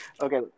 Okay